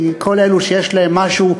כי כל אלה שיש להם משהו,